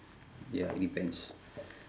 ya events